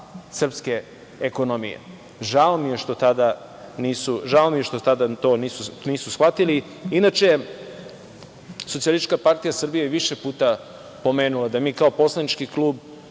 srpske ekonomije. Žao mi je što tada to nisu shvatili. Inače, SPS je više puta pomenula da mi kao poslanički klub